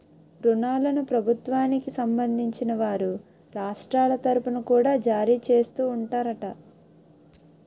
ఋణాలను ప్రభుత్వానికి సంబంధించిన వారు రాష్ట్రాల తరుపున కూడా జారీ చేస్తూ ఉంటారట